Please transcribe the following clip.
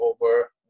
over